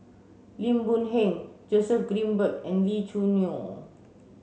Lim Boon Heng Joseph Grimberg and Lee Choo Neo